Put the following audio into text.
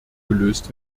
gelöst